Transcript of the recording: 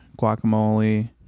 guacamole